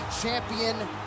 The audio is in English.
champion